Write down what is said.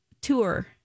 Tour